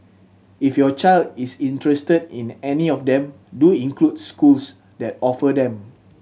if your child is interested in any of them do include schools that offer them